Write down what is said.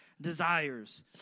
desires